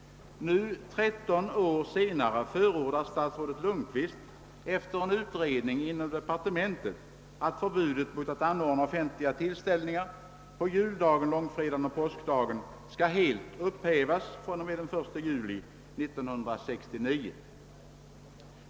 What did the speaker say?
Nu, 13 år senare, förordar statsrådet Lundkvist efter en utredning inom departementet att förbudet mot att anordna offentliga tillställningar på juldagen, långfredagen och påskdagen skall helt upphivas fr.o.m. den 1 juli 1969.